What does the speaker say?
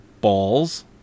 balls